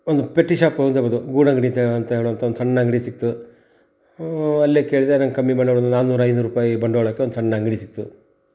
ಒಂದು petty shop ಗೂಡಂಗಡಿ ಅಂತ ಅಂತ ಹೇಳುವಂಥ ಒಂದು ಸಣ್ಣ ಅಂಗಡಿ ಸಿಕ್ತು ಅಲ್ಲೆ ಕೇಳಿದೆ ನಂಗೆ ಕಮ್ಮಿ ಬಂಡವಾಳ ಒಂದು ನಾನೂರು ಐನೂರು ರುಪಾಯಿ ಬಂಡವಾಳಕ್ಕೆ ಒಂದು ಸಣ್ಣ ಅಂಗಡಿ ಸಿಕ್ತು